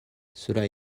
cela